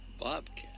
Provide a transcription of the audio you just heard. Bobcat